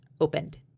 opened